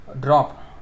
drop